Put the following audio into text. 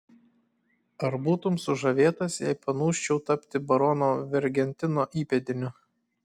ar būtum sužavėtas jei panūsčiau tapti barono vergentino įpėdiniu